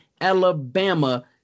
Alabama